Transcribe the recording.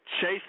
Chase